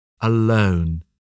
alone